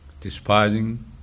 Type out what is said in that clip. despising